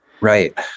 Right